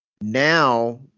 now